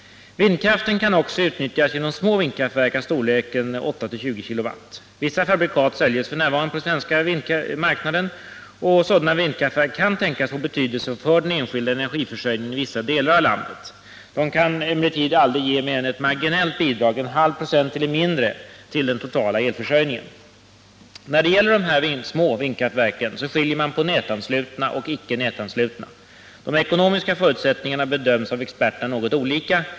Vindkraften kan också utnyttjas genom små vindkraftverk av storleken 8-20 kW. Vissa fabrikat säljs f.n. på den svenska marknaden. Sådana vindkraftverk kan tänkas få betydelse för den enskilda energiförsörjningen i vissa delar av landet. De kan emellertid aldrig ge mer än ett marginellt bidrag, en halv procent eller mindre, till den totala elförsörjningen. När det gäller små vindkraftverk skiljer man på nätanslutna och icke nätanslutna aggregat. De ekonomiska förutsättningarna bedöms av experterna något olika.